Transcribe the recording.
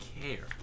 care